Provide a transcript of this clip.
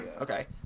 Okay